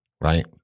right